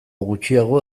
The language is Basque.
gutxiago